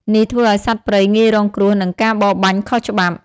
នេះធ្វើឱ្យសត្វព្រៃងាយរងគ្រោះនឹងការបរបាញ់ខុសច្បាប់។